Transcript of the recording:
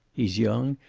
he's young,